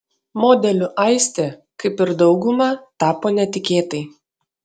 modeliu aistė kaip ir dauguma tapo netikėtai